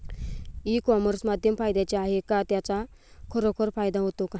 E commerce माध्यम फायद्याचे आहे का? त्याचा खरोखर फायदा होतो का?